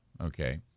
okay